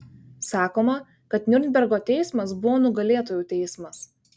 sakoma kad niurnbergo teismas buvo nugalėtojų teismas